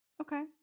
Okay